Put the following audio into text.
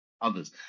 others